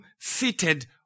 seated